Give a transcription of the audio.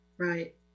Right